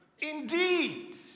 Indeed